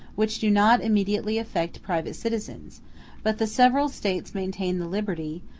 which do not immediately affect private citizens but the several states maintain the liberty,